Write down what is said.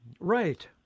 Right